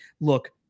look